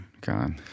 God